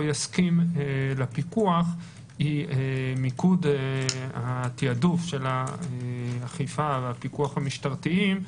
יסכים לפיקוח היא מיקוד התעדוף של האכיפה והפיקוח המשטרתיים,